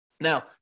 Now